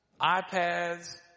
iPads